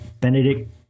Benedict